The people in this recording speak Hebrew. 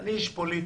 ואני איש פוליטי.